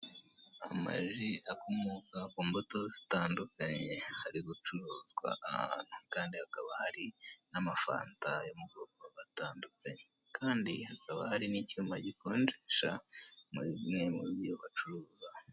Amaji akomoka ku mbuto zitandukanye, ari gucuruzwa ahantu kandi hakaba hari n'amafanta yo mu bwoko butandukanye, kandi hakaba hari n'icyuma gikonjesha muri bimwe mu byo bacuruza.